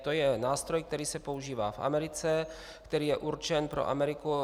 To je nástroj, který se používá v Americe, který je určen pro Ameriku.